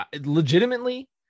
legitimately